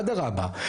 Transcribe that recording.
אדרבא,